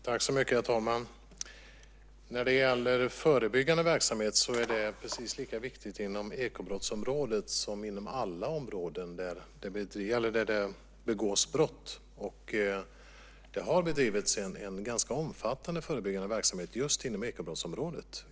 Herr talman! När det gäller förebyggande verksamhet är detta precis lika viktigt inom ekobrottsområdet som inom alla områden där det begås brott. Det har också bedrivits en ganska omfattande förebyggande verksamhet just inom ekobrottsområdet.